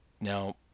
Now